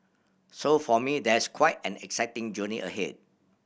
so for me there's quite an exciting journey ahead